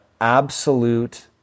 absolute